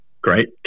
great